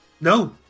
No